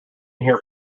here